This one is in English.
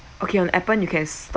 okay on appen you can stop